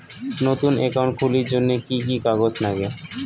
নতুন একাউন্ট খুলির জন্যে কি কি কাগজ নাগে?